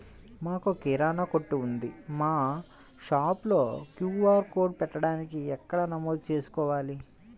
మాకు కిరాణా కొట్టు ఉంది మా షాప్లో క్యూ.ఆర్ కోడ్ పెట్టడానికి ఎక్కడ నమోదు చేసుకోవాలీ?